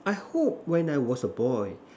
I hope when I was a boy